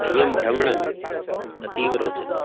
मह्यं भ्रमणम् अतीव रोचते